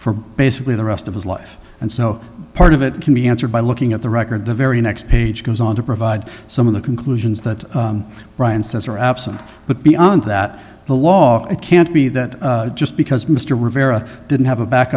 for basically the rest of his life and so part of it can be answered by looking at the record the very next page goes on to provide some of the conclusions that brian says are absent but beyond that the law it can't be that just because mr rivera didn't have a back